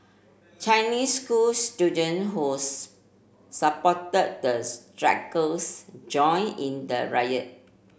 Chinese school student who's supported the strikers joined in the riot